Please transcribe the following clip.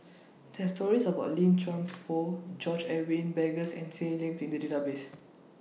There Are stories about Lim Chuan Poh George Edwin Bogaars and Seah Seah Peck in The Database